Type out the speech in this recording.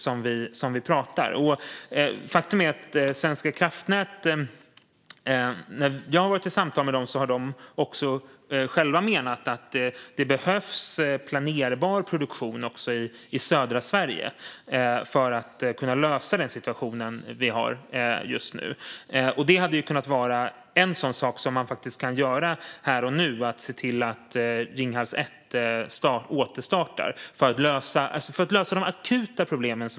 När jag har varit i samtal med Svenska kraftnät har de själva menat att det behövs planerbar produktion också i södra Sverige för att kunna lösa den situation vi har just nu. En sak som man faktiskt hade kunnat göra här och nu är att se till att Ringhals 1 återstartar för att lösa de akuta problemen.